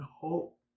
hope